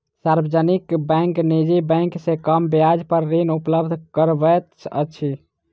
सार्वजनिक बैंक निजी बैंक से कम ब्याज पर ऋण उपलब्ध करबैत अछि